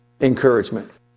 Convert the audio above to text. encouragement